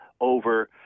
over